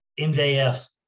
MJF